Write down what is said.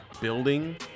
building